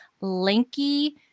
lanky